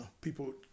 people